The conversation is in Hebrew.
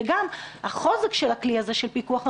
וגם החוזק הזה של הכלי של פיקוח על